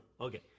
Okay